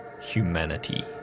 humanity